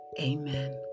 Amen